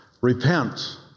Repent